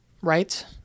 right